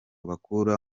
bakura